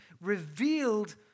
revealed